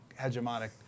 hegemonic